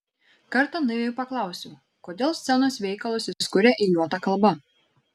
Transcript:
kartą naiviai paklausiau kodėl scenos veikalus jis kuria eiliuota kalba